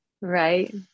right